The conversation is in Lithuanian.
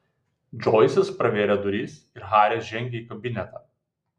džoisas pravėrė duris ir haris žengė į kabinetą